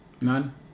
None